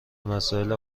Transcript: مسائل